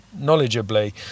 knowledgeably